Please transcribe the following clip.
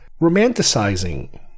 romanticizing